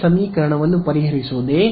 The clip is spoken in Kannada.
ಈ ಸಮೀಕರಣವನ್ನು ಪರಿಹರಿಸುವುದೇ